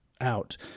out